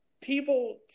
people